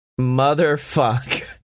Motherfuck